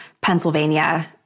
Pennsylvania